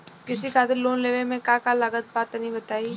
कृषि खातिर लोन लेवे मे का का लागत बा तनि बताईं?